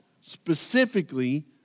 specifically